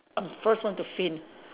I'm first one to faint